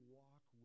walk